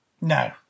No